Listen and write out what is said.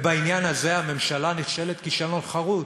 ובעניין הזה הממשלה נכשלת כישלון חרוץ.